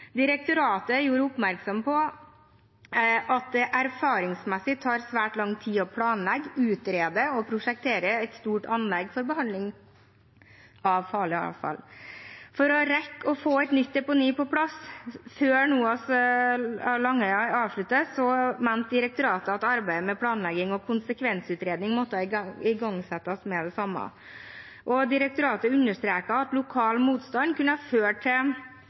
Direktoratet gjorde oppmerksom på at det erfaringsmessig tar svært lang tid å planlegge, utrede og prosjektere et stort anlegg for behandling av farlig avfall. For å rekke å få et nytt deponi på plass før NOAH Langøya avsluttes, mente direktoratet at arbeidet med planlegging og konsekvensutredning måtte igangsettes med det samme. Direktoratet understreket at lokal motstand kunne føre til